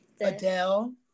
Adele